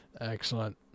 Excellent